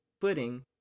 footing